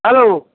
hello